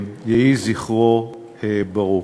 יהי זכרו ברוך.